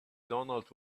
donald